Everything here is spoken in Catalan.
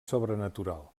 sobrenatural